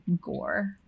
gore